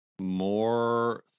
more